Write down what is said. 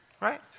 right